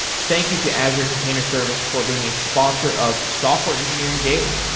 thank you to azure container service for being a sponsor of software engineering daily